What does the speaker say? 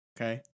okay